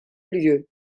lieu